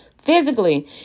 Physically